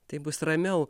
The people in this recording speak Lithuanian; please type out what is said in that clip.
taip bus ramiau